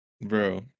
bro